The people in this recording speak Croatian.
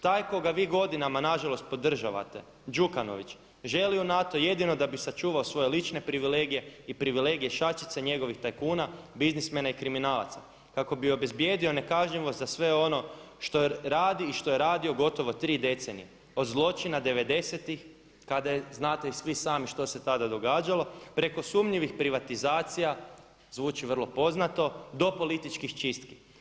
Taj koga vi godinama na žalost podržavate Đukanović želi u NATO jedino da bi sačuvao svoje lične privilegije i privilegije šačice njegovih tajkuna, biznismena i kriminalaca kako bi obezbijedio nekažnjivost za sve ono što radi i što je radio gotovo tri decenije od zločina devedesetih kada je znate i svi sami što se tada događalo preko sumnjivih privatizacija, zvuči vrlo poznato, do političkih čistki.